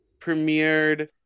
premiered